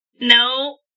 No